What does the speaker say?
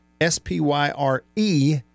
S-P-Y-R-E